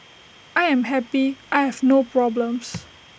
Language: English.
I am happy I have no problems